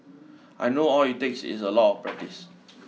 I know all it takes is a lot of practice